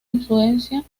influencia